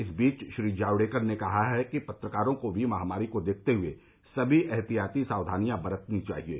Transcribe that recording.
इस बीच श्री जावड़ेकर ने कहा कि पत्रकारों को भी महामारी को देखते हुए सभी एहतियाती सावधानियां बरतनी चाहिएं